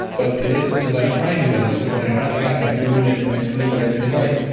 but it isn't because i'm trying to do that. it's cause when i finally got my food and my sleep and everything right,